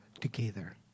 together